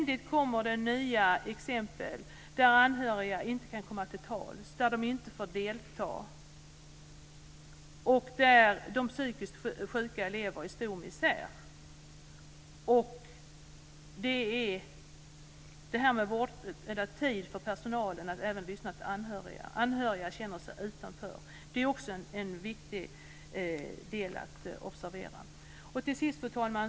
Det kommer ständigt nya exempel där anhöriga inte har fått komma till tals och inte har fått delta, och där de psykiskt sjuka lever i stor misär. Det handlar om tid för personalen att även lyssna till anhöriga. De anhöriga känner sig utanför. Det är också en viktig del att observera. Fru talman!